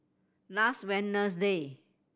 last Wednesday